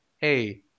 hey